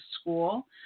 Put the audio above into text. school